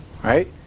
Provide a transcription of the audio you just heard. Right